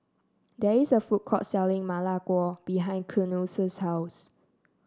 there is a food court selling Ma Lai Gao behind Keanu's house